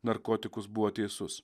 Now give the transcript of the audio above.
narkotikus buvo teisus